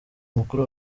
mukuru